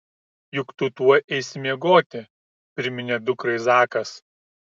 juk tu tuoj eisi miegoti priminė dukrai zakas